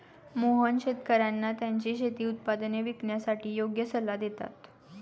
मोहन शेतकर्यांना त्यांची शेती उत्पादने विकण्यासाठी योग्य सल्ला देतात